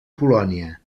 polònia